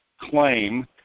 claim